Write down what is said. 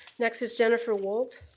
next is jennifer wolt.